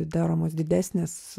daromos didesnės